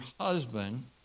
husband